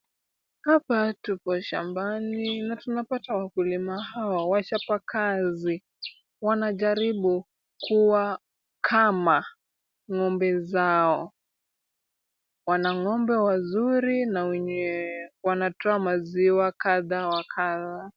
Hapa tuko shambani na tunapata wakulima hawa wachapa kazi wanajaribu kuwakama ng'ombe zao. Wana ng'ombe wazuri na wenye wanatoa maziwa kadha wa kadha.